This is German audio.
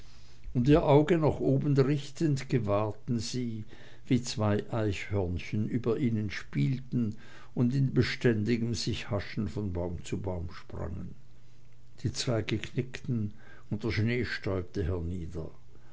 und ihr auge nach oben richtend gewahrten sie wie zwei eichhörnchen über ihnen spielten und in beständigem sichhaschen von baum zu baum sprangen die zweige knickten und der schnee stäubte